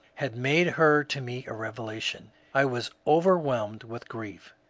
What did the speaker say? had made her to me a revelation. i was overwhelmed with grief.